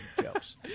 jokes